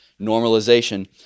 normalization